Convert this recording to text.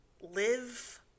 live